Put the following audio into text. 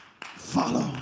Follow